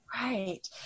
Right